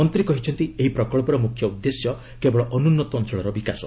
ମନ୍ତ୍ରୀ କହିଛନ୍ତି ଏହି ପ୍ରକଳ୍ପର ମୁଖ୍ୟ ଉଦ୍ଦେଶ୍ୟ କେବଳ ଅନୁନ୍ନତ ଅଞ୍ଚଳର ବିକାଶ